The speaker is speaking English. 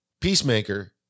Peacemaker